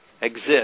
exist